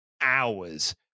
hours